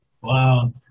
Wow